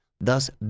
thus